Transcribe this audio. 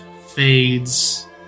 fades